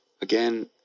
again